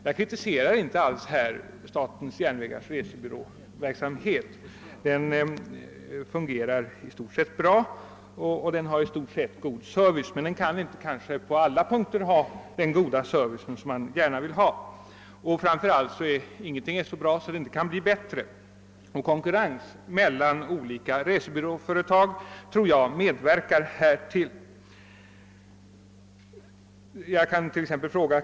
Jag kritiserar inte alls SJ:s resebyråverksamhet — den fungerar i stort sett bra, och det lämnas i allmänhet god service. Men SJ:s resebyråer kan måhända inte på alla punkter ge den goda service som man gärna vill ha. Och framför allt: ingenting är så bra att det inte kan bli bättre. Konkurrens mellan olika resebyråföretag tror jag medverkar till att servicen blir så bra som möjligt.